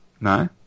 No